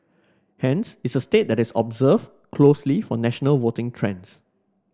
hence it's a state that is observe closely for national voting trends